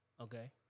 Okay